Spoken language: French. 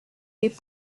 les